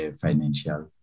financial